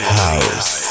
house